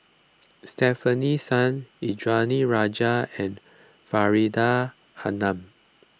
Stefanie Sun Indranee Rajah and Faridah Hanum